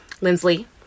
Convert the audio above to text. lindsley